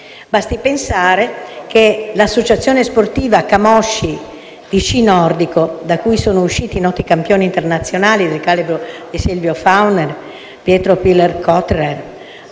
Basti pensare che l'associazione sportiva di sci nordico Camosci, da cui sono usciti noti campioni internazionali del calibro di Silvio Fauner e Pietro Piller Cottrer,